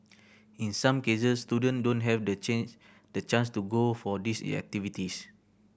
in some cases student don't have the change the chance to go for these activities